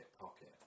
pocket